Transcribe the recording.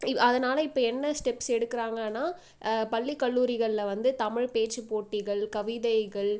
அதனால் இப்போ என்ன ஸ்டெப்ஸ் எடுக்கிறாங்கனா பள்ளி கல்லூரிகள்ல வந்து தமிழ் பேச்சுப்போட்டிகள் கவிதைகள்